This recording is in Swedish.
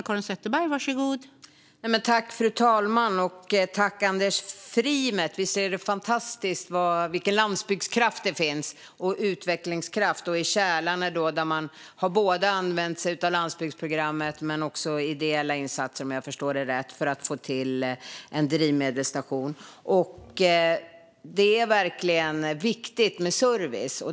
Fru talman! Visst är det fantastiskt vilken utvecklingskraft det finns på landsbygden och i Kälarne, där man om jag förstår Anders Frimert rätt använt sig av både landsbygdsprogrammet och ideella insatser för att få till en drivmedelsstation. Det är verkligen viktigt med service.